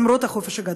למרות החופש הגדול.